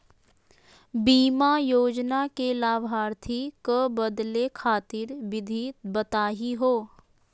बीमा योजना के लाभार्थी क बदले खातिर विधि बताही हो?